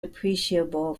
appreciable